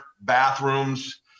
bathrooms